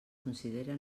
considere